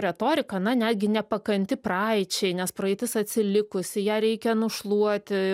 retorika na netgi nepakanti praeičiai nes praeitis atsilikusi ją reikia nušluoti